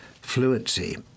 fluency